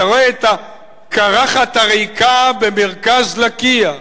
אתה רואה את הקרחת הריקה במרכז לקיה.